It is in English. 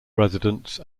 residents